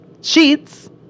sheets